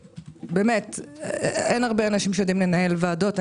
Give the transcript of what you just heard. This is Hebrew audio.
באמת אין הרבה אנשים שיודעים לנהל ועדות.